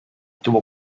tuvo